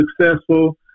successful